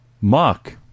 Mark